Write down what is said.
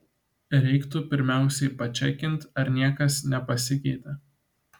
reiktų pirmiausiai pačekint ar niekas nepasikeitė